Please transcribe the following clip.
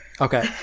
okay